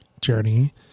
journey